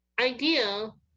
ideal